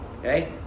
Okay